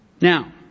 Now